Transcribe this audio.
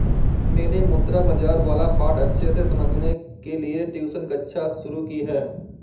मैंने मुद्रा बाजार वाला पाठ अच्छे से समझने के लिए ट्यूशन कक्षा शुरू की है